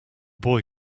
boy